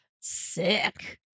sick